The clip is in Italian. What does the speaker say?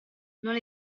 non